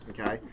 Okay